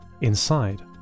Inside